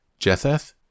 Jetheth